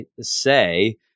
say